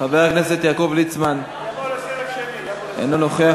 חבר הכנסת יעקב ליצמן, אינו נוכח.